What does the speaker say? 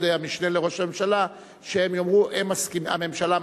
המשנה לראש הממשלה שהם יאמרו: הממשלה מסכימה,